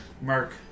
Mark